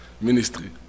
ministry